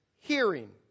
hearing